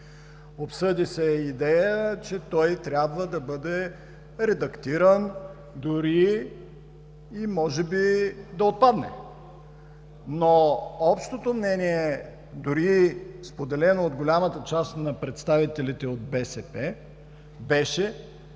Обсъди се идея, че той трябва да бъде редактиран, дори и може би да отпадне. Общото мнение, дори споделено от голямата част на представителите от БСП, беше,